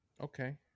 Okay